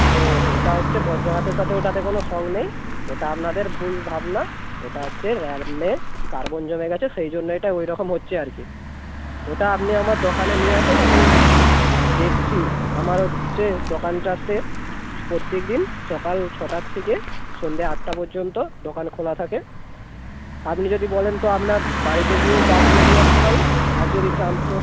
ও ওটা হচ্ছে বজ্রাঘাতের সাথে ওটাতে কোনো সং নেই ওটা আপনাদের ভুল ভাবনা ওটা হচ্ছে র্যামে কার্বন জমে গেছে সেই জন্যে এটা ওই রকম হচ্ছে আর কি ওটা আপনি আমার দোকানে নিয়ে আসুন আমি দেখছি আমার হচ্ছে দোকানটাতে প্রত্যেক দিন সকাল ছটার থেকে সন্ধ্যে আটটা পর্যন্ত দোকান খোলা থাকে আপনি যদি বলেন তো আপনার বাড়িতে গিয়েও বাগিয়ে দিয়ে আসতে পারি আর যদি চান তো